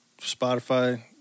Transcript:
Spotify